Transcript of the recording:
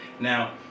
Now